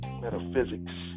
metaphysics